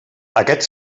aquest